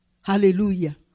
Hallelujah